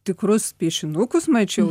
tikrus piešinukus mačiau